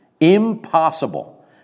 impossible